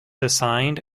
assigned